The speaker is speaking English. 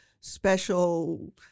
special